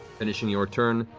finishing your turn,